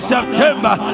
September